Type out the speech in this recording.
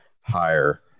higher